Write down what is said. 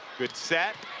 good set.